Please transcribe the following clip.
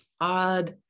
odd